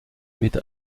mit